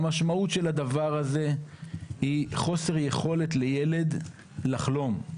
המשמעות של הדבר הזה היא חוסר יכולת לילד לחלום.